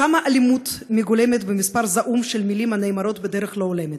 כמה אלימות מגולמת במספר זעום של מילים הנאמרות בדרך לא הולמת,